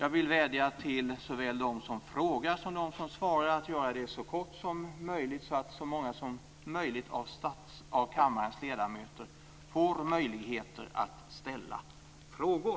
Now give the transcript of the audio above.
Jag vill vädja till såväl dem som frågar som dem som svarar att göra det så kort som möjligt, så att många av kammarens ledamöter får tillfälle att ställa frågor.